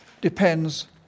depends